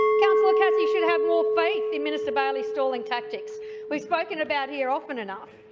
councillor cassidy should have more faith in minister bailey's stalling tactics we've spoken about here often enough.